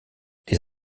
les